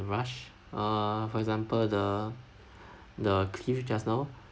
rush err for example the the cliff just now